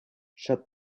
shut